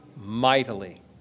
mightily